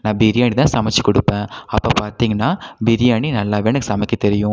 நான் பிரியாணி தான் சமைச்சு கொடுப்பேன் அப்போ பார்த்திங்கன்னா பிரியாணி நல்லாவே எனக்கு சமைக்க தெரியும்